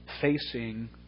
facing